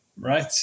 right